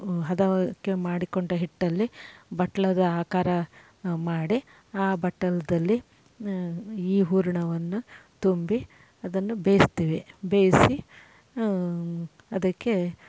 ಹದಕ್ಕೆ ಮಾಡಿಕೊಂಡ ಹಿಟ್ಟಲ್ಲಿ ಬಟ್ಲದ ಆಕಾರ ಮಾಡಿ ಆ ಬಟ್ಟಲಲ್ಲಿ ಈ ಹೂರಣವನ್ನ ತುಂಬಿ ಅದನ್ನು ಬೇಯಿಸ್ತೀವಿ ಬೇಯಿಸಿ ಅದಕ್ಕೆ